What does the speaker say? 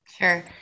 Sure